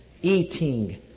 Eating